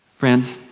friends,